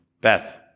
Beth